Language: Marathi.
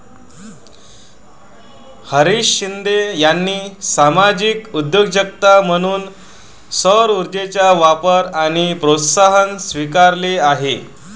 हरीश शिंदे यांनी सामाजिक उद्योजकता म्हणून सौरऊर्जेचा वापर आणि प्रोत्साहन स्वीकारले आहे